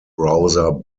browser